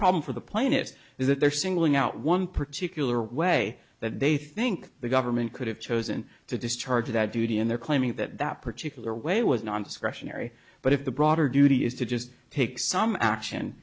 problem for the plaintiffs is that they're singling out one particular way that they think the government could have chosen to discharge that duty and they're claiming that that particular way was nondiscretionary but if the broader duty is to just take some action